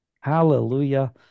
Hallelujah